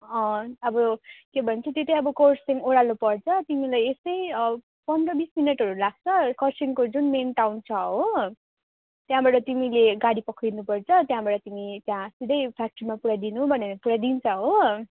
अँ अब के भन्छ त्यो चाहिँ अब खरसाङ ओह्रालो पर्छ तिमीलाई यस्तै पन्ध्र बिस मिनेटहरू लाग्छ खरसाङको जुन मेन टाउन छ हो त्यहाँबाट तिमीले गाडी पक्रिनु पर्छ त्यहाँदेखिन् तिमीले त्यहाँ सिधै फ्याक्ट्रीमा पुऱ्याइदिनु भन्यो भने पुऱ्याइदिन्छ हो